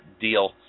deal